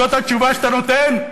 זאת התשובה שאתה נותן?